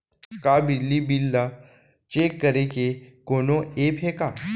का बिजली बिल ल चेक करे के कोनो ऐप्प हे का?